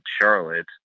Charlotte